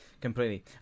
completely